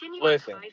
listen